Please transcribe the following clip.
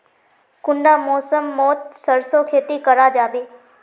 कुंडा मौसम मोत सरसों खेती करा जाबे?